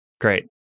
Great